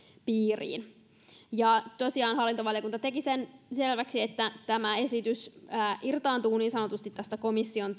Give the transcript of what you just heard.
piiriin tosiaan hallintovaliokunta teki selväksi sen että tämä esitys irtaantuu niin sanotusti tästä komission